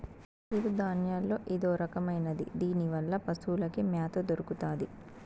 సిరుధాన్యాల్లో ఇదొరకమైనది దీనివల్ల పశులకి మ్యాత దొరుకుతాది